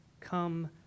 come